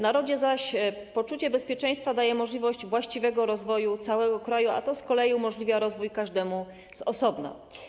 Narodowi zaś poczucie bezpieczeństwa daje możliwość właściwego rozwoju całego kraju, a to kolei umożliwia rozwój każdemu z osobna.